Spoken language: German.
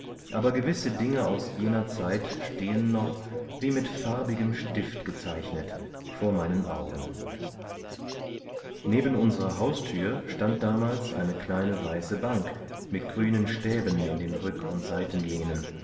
aber gewisse dinge aus jener zeit stehen noch wie mit farbigem stift gezeichnet vor meinen augen neben unserer haustür stand damals eine kleine weiße bank mit grünen stäben in den rück und